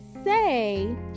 Say